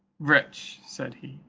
wretch, said he,